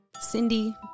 Cindy